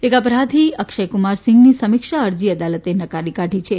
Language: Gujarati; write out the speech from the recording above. એક અપરાધી અક્ષયક્રમાર સિંઘની સમીક્ષા અરજી અદાલતે નકારી કાઢી છે